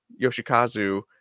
Yoshikazu